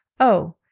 oh,